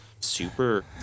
Super